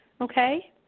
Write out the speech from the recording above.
okay